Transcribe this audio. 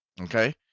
okay